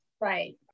right